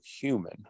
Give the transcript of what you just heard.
human